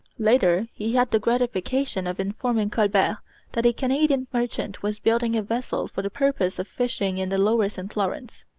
later, he had the gratification of informing colbert that a canadian merchant was building a vessel for the purpose of fishing in the lower st lawrence.